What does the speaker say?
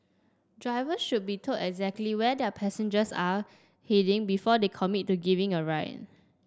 drivers should be told exactly where their passengers are heading before they commit to giving a ride